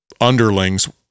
underlings